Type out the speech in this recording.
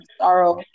Sorrow